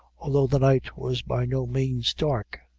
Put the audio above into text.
although the night was by no means dark.